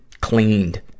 cleaned